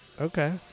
Okay